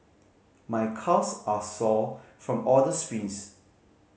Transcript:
my calves are sore from all the sprints